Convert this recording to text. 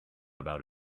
about